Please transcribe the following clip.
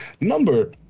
number